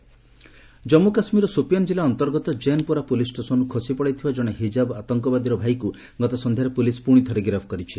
JK arrest Jammu କାଶ୍କୀରର ସୋପିଆନ୍ ଜିଲ୍ଲା ଅନ୍ତର୍ଗତ କ୍ଜେନ୍ପୋରା ପୁଲିସ୍ ଷ୍ଟେସନ୍ର୍ ଖସି ପଳାଇଥିବା ଜଣେ ହିଜାବ୍ ଆତଙ୍କବାଦୀର ଭାଇକୃ ଗତ ସନ୍ଧ୍ୟାରେ ପ୍ରଲିସ୍ ପ୍ରଣିଥରେ ଗିରଫ୍ କରିଛି